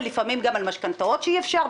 ולפעמים גם על משכנתאות שאי אפשר,